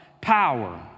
power